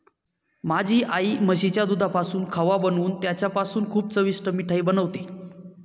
माझी आई म्हशीच्या दुधापासून खवा बनवून त्याच्यापासून खूप चविष्ट मिठाई बनवते